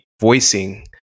voicing